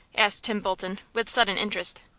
asked tim bolton, with sudden interest.